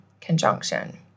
conjunction